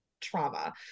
trauma